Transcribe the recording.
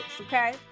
okay